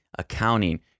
accounting